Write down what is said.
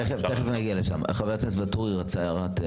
תכף נגיע לשם, חבר הכנסת ואטורי רצה הערה.